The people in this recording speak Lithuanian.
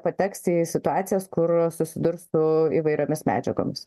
pateks į situacijas kur susidurs su įvairiomis medžiagomis